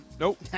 Nope